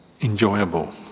enjoyable